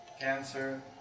cancer